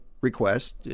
request